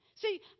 See